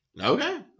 Okay